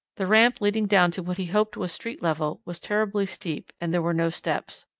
the ramp leading down to what he hoped was street level was terribly steep and there were no steps.